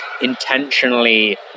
intentionally